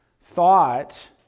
thought